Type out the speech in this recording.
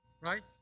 Right